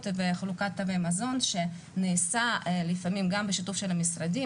וחלוקת תווי מזון שנעשית לפעמים גם בשיתוף המשרדים,